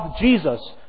Jesus